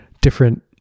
different